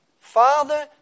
Father